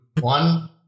One